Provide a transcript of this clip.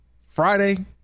Friday